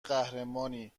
قهرمانی